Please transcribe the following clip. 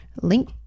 link